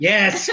Yes